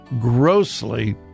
grossly